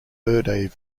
verde